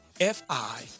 F-I